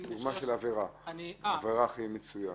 דוגמה לעבירה הכי מצויה.